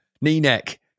Knee-neck